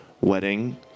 wedding